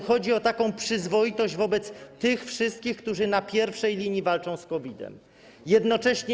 Chodzi o taką przyzwoitość wobec tych wszystkich, którzy na pierwszej linii walczą z COVID-em.